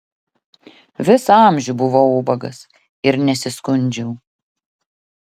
visą amžių buvau ubagas ir nesiskundžiau